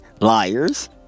liars